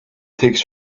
takes